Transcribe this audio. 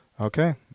Okay